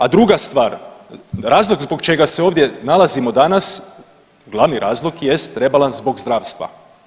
A druga stvar, razlog zbog čega se ovdje nalazimo danas, glavni razlog jest rebalans zbog zdravstva.